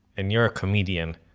and you're a comedian.